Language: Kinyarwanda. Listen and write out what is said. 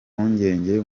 mpungenge